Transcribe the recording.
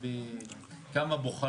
כעוזר ראש העיר הוא גם מטפל בפניות ציבור